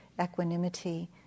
equanimity